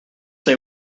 they